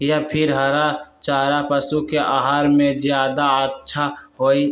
या फिर हरा चारा पशु के आहार में ज्यादा अच्छा होई?